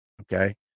Okay